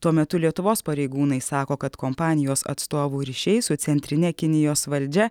tuo metu lietuvos pareigūnai sako kad kompanijos atstovų ryšiai su centrine kinijos valdžia